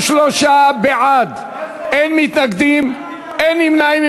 33 בעד, אין מתנגדים, אין נמנעים.